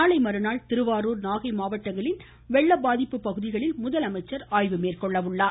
நாளை மறுநாள் திருவாரூர் நாகை மாவட்டங்களின் வெள்ள பாதிப்பு பகுதிகளில் முதலமைச்சர் ஆய்வு மேற்கொள்கிறார்